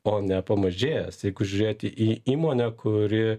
o ne pamažėjęs jeigu žiūrėti į įmonę kuri